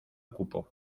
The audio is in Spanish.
ocupo